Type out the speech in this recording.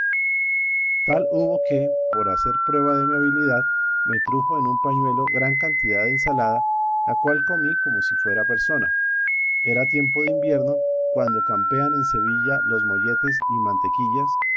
tal hubo que por hacer prueba de mi habilidad me trujo en un pañuelo gran cantidad de ensalada la cual comí como si fuera persona era tiempo de invierno cuando campean en sevilla los molletes y mantequillas